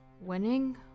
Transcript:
winning